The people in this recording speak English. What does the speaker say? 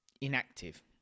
inactive